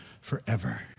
forever